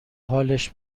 حالش